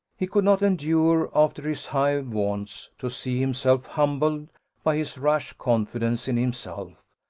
he could not endure, after his high vaunts, to see himself humbled by his rash confidence in himself,